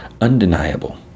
undeniable